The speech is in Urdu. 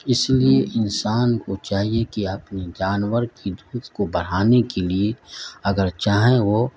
اس لیے انسان کو چاہیے کہ اپنے جانور کی دودھ کو بڑھانے کے لیے اگر چاہیں وہ